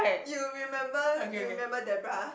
you remember you remember Debra